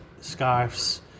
scarves